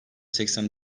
seksen